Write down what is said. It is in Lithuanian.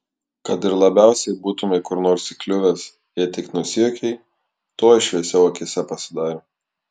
kad ir labiausiai būtumei kur nors įkliuvęs jei tik nusijuokei tuoj šviesiau akyse pasidarė